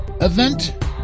event